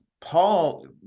Paul